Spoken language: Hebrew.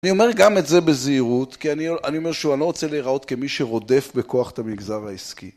אני אומר גם את זה בזהירות, כי אני אומר שוב אני לא רוצה להיראות כמי שרודף בכוח את המגזר העסקי.